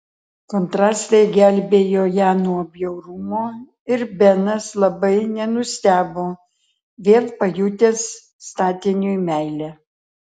kontrastai gelbėjo ją nuo bjaurumo ir benas labai nenustebo vėl pajutęs statiniui meilę